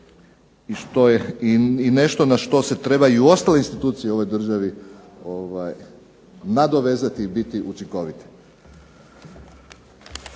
i nešto na što se treba i u ostale institucije u ovoj državi nadovezati i biti učinkovit.